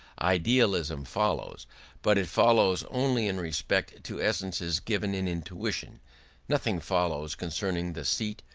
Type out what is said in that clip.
idealism follows but it follows only in respect to essences given in intuition nothing follows concerning the seat,